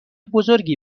بزرگی